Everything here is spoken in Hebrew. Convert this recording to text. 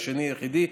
השני יחידי.